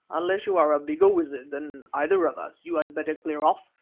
unless you are a bigger wizard than either of us you had better clear off,